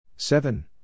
Seven